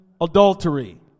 adultery